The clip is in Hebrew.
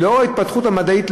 כי לאור ההתפתחות המדעית,